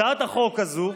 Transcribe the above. הצעת החוק הזאת,